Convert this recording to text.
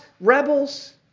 rebels